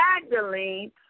Magdalene